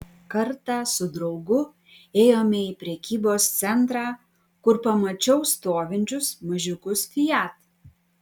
kartą su draugu ėjome į prekybos centrą kur pamačiau stovinčius mažiukus fiat